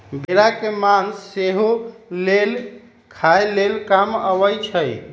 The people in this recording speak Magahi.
भेड़ा के मास सेहो लेल खाय लेल काम अबइ छै